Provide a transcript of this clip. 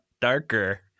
darker